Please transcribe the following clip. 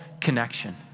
connection